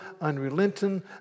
unrelenting